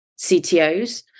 CTOs